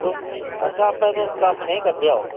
तुस अच्छा आपें तुस कम्म नेईं करदे हैओ